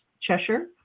Cheshire